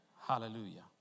Hallelujah